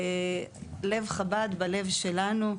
לב חב"ד בלב שלנו.